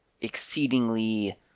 exceedingly